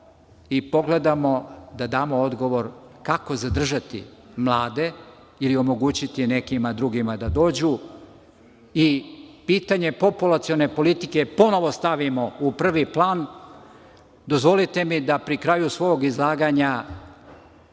i pogledamo, da damo odgovor kako zadržati mlade ili omogućiti nekima drugima da dođu, i pitanje populacione politike ponovo stavimo u prvi plan, dozvolite mi da pri kraju svog izlaganja